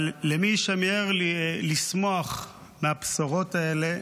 אבל מי שמיהר לשמוח מהבשורות האלה,